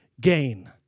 gain